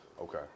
Okay